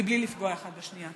בלי לפגוע אחד בשנייה.